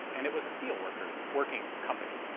and it was a steel. working working company.